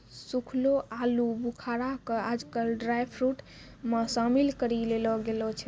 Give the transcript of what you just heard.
सूखलो आलूबुखारा कॅ आजकल ड्रायफ्रुट मॅ शामिल करी लेलो गेलो छै